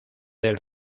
del